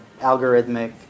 algorithmic